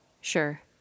Sure